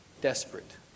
desperate